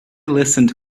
listened